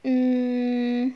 mm